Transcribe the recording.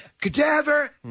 Cadaver